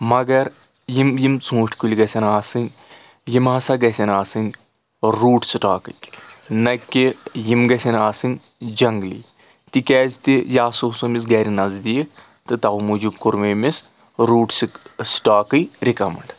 مگر یِم یِم ژوٗنٛٹھۍ کُلۍ گژھن آسٕنۍ یِم ہسا گژھن آسٕنۍ روٗٹ سٹاکٕکۍ نہ کہِ یِم گژھن آسٕنۍ جنٛگلی تِکیازِ یہِ ہَسا اوس أمِس گرِ نزدیٖک تہٕ تَوٕ موٗجوٗب کوٚر مےٚ أمِس روٗٹ سکٹاکٕے رِکمَنٛڈ